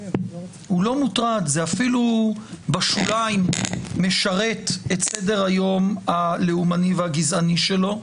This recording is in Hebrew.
זה אפילו בשוליים משרת את סדר היום הלאומני והגזעני שלו.